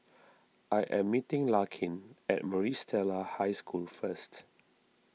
I am meeting Larkin at Maris Stella High School first